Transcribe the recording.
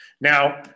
Now